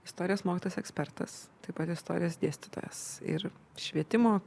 istorijos mokytojas ekspertas taip pat istorijos dėstytojas ir švietimo